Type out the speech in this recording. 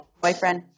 boyfriend